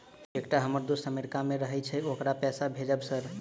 एकटा हम्मर दोस्त अमेरिका मे रहैय छै ओकरा पैसा भेजब सर?